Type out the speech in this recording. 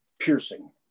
piercing